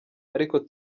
ariko